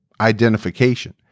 identification